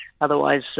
Otherwise